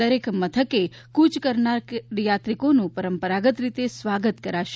દરેક મથકે ક્રચકરનાર યાત્રિકોનું પરંપરાગત રીતે સ્વાગત કરાશે